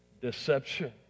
deception